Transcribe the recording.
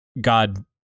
God